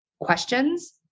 questions